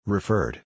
Referred